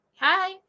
hi